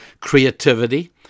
creativity